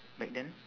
back then